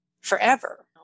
forever